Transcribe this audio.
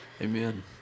Amen